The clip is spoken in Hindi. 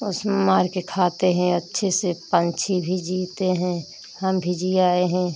वो सब मारकर खाते हैं अच्छे से पक्षी भी जीते हैं हम भी जियाए हैं